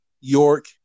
York